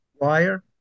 wire